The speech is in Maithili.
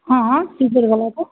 हँ हँ सिजरबला छै